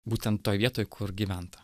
būtent toj vietoj kur gyventa